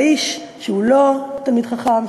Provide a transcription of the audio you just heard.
והאיש שהוא לא תלמיד חכם,